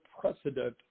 precedent